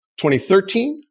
2013